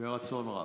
ברצון רב.